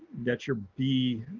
that's your bee,